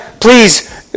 please